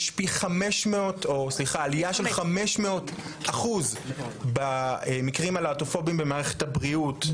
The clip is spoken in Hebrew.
יש עלייה של 500% במקרים הלהט"בופובים במערכת הבריאות,